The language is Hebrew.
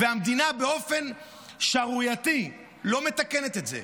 והמדינה באופן שערורייתי לא מתקנת את זה.